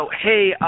hey